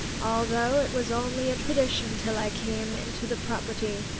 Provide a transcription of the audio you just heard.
although it was only a tradition till i came into the property